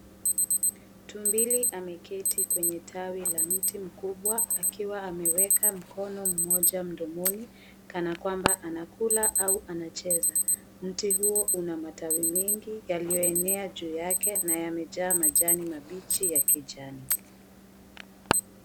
Tumbili ameketi kwenye tawi la mti mkubwa akiwa ameweka mkono mmoja mdomoni kana kwamba anakula au anacheza. Mti huo una matawi mengi yaliyoenea juu yake na yamejaa majani mabichi ya kijani.